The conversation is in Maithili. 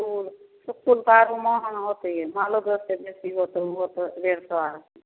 फूल फुलपारोमे ओहन होतै ओ मालोदहसँ बेसी होतऽ ओतऽ डेढ़ सओ आम